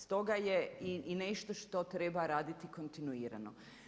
Stoga je i nešto što treba raditi kontinuirano.